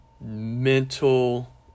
mental